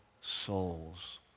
souls